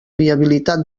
viabilitat